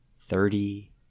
thirty